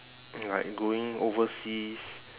like going overseas